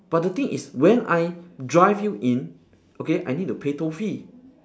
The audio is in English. but the thing is when I drive you in okay I need to pay toll fee